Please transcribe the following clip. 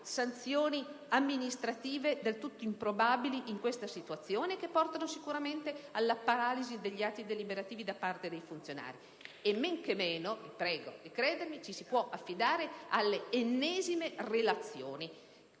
sanzioni amministrative del tutto improbabili in una simile situazione, poiché porterebbero sicuramente alla paralisi degli atti deliberativi da parte dei funzionari. Ancora meno - vi prego di credermi - ci si può affidare alle ennesime relazioni.